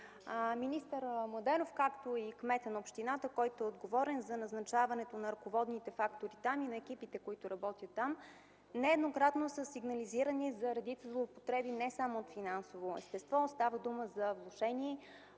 Министър Младенов, както и кметът на общината, който е отговорен за назначаването на ръководните фактори и на екипите, които работят там, нееднократно са сигнализирани за редица злоупотреби не само от финансово естество, а става дума за влошени